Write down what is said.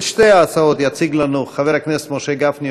את שתי ההצעות יציג לנו חבר הכנסת משה גפני,